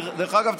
דרך אגב,